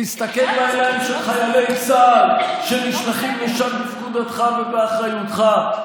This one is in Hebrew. תסתכל על העיניים של חיילי צה"ל שנשלחים לשם בפקודתך ובאחריותך.